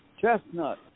Chestnut